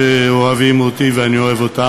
שאוהבים אותי ואני אוהב אותם,